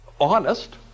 honest